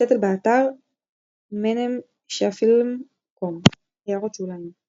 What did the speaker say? שטעטעל באתר menemshafilms.com == הערות שוליים ==